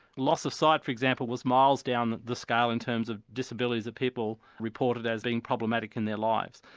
loss of sight for example was miles down the scale in terms of disabilities that people reported as being problematic in their lives.